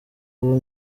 uwo